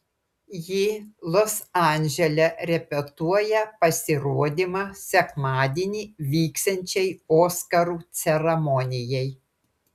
ji los andžele repetuoja pasirodymą sekmadienį vyksiančiai oskarų ceremonijai